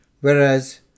whereas